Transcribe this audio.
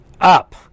up